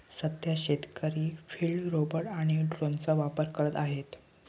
सध्या शेतकरी field robot आणि ड्रोनचा वापर करत आहेत